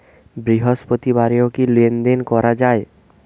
বৃহস্পতিবারেও কি লেনদেন করা যায়?